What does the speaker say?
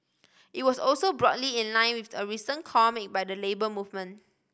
it was also broadly in line with a recent call made by the Labour Movement